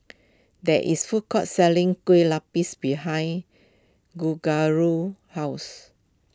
there is food court selling Kue Lupis behind house